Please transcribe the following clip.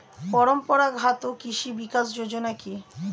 পরম্পরা ঘাত কৃষি বিকাশ যোজনা কি?